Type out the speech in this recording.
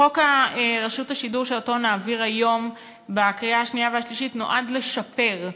חוק רשות השידור שנעביר היום בקריאה שנייה ושלישית נועד לשפר,